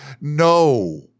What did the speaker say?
No